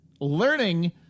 learning